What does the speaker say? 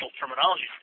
terminology